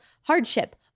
hardship